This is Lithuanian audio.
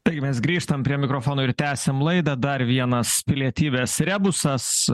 tai mes grįžtam prie mikrofono ir tęsiam laidą dar vienas pilietybės rebusas